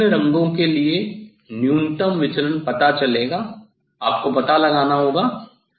आपको विभिन्न रंगों के लिए न्यूनतम विचलन पता चलेगा आपको पता लगाना होगा